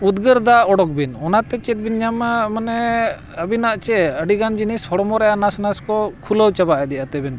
ᱩᱫᱽᱜᱟᱹᱨ ᱫᱟᱜ ᱚᱰᱚᱠ ᱵᱤᱱ ᱚᱱᱟᱛᱮ ᱪᱮᱫ ᱵᱤᱱ ᱧᱟᱢᱟ ᱢᱟᱱᱮ ᱟᱹᱵᱤᱱᱟᱜ ᱪᱮᱫ ᱟᱹᱰᱤ ᱜᱟᱱ ᱡᱤᱱᱤᱥ ᱦᱚᱲᱢᱚ ᱨᱮᱱᱟᱜ ᱱᱟᱥ ᱱᱟᱥ ᱠᱚ ᱠᱷᱩᱞᱟᱹᱣ ᱪᱟᱵᱟᱜ ᱤᱫᱤᱜᱼᱟ ᱛᱟᱹᱵᱤᱱ